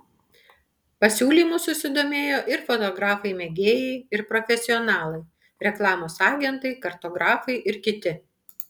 pasiūlymu susidomėjo ir fotografai mėgėjai ir profesionalai reklamos agentai kartografai ir kiti